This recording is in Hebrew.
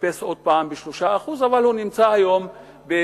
טיפס עוד פעם ב-3%, אבל הוא נמצא היום ב-80%.